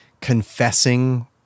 confessing